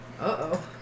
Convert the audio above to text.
Uh-oh